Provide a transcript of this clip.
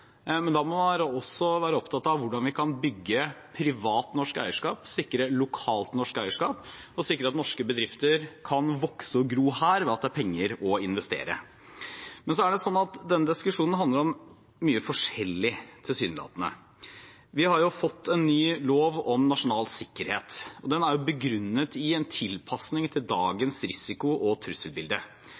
Men da må man også være opptatt av hvordan vi kan bygge privat norsk eierskap, sikre lokalt norsk eierskap, og sikre at norske bedrifter kan vokse og gro her ved at det er penger å investere. Men så er det sånn at denne diskusjonen handler om mye forskjellig – tilsynelatende. Vi har fått en ny lov om nasjonal sikkerhet. Den er begrunnet i en tilpasning til dagens risiko- og trusselbilde.